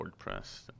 WordPress